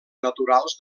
naturals